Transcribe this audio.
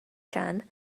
chan